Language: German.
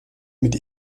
mit